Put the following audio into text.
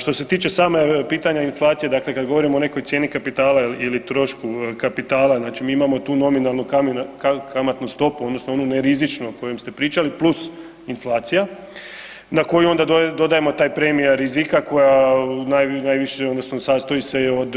Što se tiče same, pitanja inflacije, kad govorimo o nekoj cijeni kapitala ili trošku kapitala, znači mi imamo tu nominalnu kamatnu stopu odnosno onu nerizičnu o kojoj ste pričali + inflacija, na koju onda dodajemo taj premije rizika koja najviše, odnosno sastoji se od